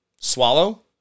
swallow